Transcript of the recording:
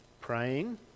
praying